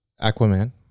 Aquaman